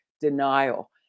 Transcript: denial